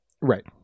Right